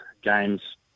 games